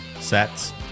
Sets